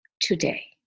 today